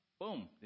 Boom